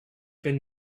been